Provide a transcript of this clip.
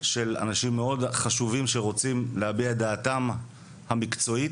של אנשים מאוד חשובים שרוצים להביע את דעתם המקצועית,